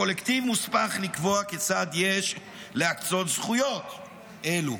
הקולקטיב מוסמך לקבוע כיצד יש להקצות זכויות אלו.